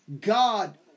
God